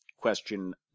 question